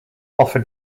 offer